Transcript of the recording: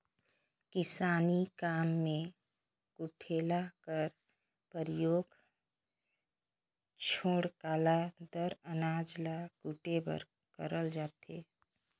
किसानी काम मे कुटेला कर परियोग छोकला दार अनाज ल कुटे बर करल जाथे